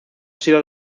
sido